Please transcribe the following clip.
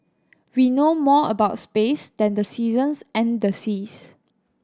we know more about space than the seasons and the seas